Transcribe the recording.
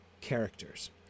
characters